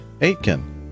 Aitken